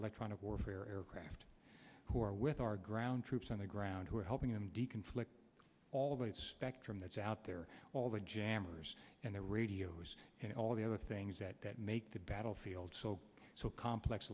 electronic warfare aircraft who are with our ground troops on the ground who are helping him deacon flick all the spectrum that's out there all the jammers and the radios and all the other things that make the battlefield so so complex